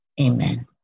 amen